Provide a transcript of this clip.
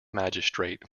magistrate